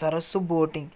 సరస్సు బోటింగ్